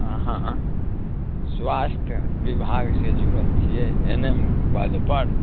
आहाँ स्वास्थ्य विभाग से जुड़ल छियै एन एम पदपर